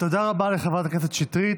תודה רבה לחברת הכנסת שטרית.